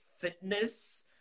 fitness